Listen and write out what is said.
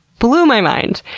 blew my mind,